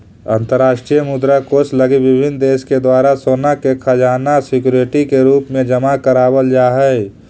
अंतरराष्ट्रीय मुद्रा कोष लगी विभिन्न देश के द्वारा सोना के खजाना सिक्योरिटी के रूप में जमा करावल जा हई